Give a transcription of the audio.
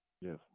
Yes